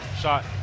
Shot